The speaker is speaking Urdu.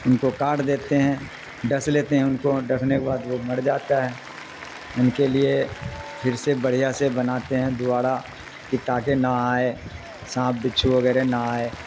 ان کو کاٹ دیتے ہیں ڈس لیتے ہیں ان کو ڈسنے کے بعد وہ مر جاتا ہے ان کے لیے پھر سے بڑھیا سے بناتے ہیں دوارا کہ تاکہ نہ آئے سانپ بچھو وغیرہ نہ آئے